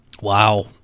Wow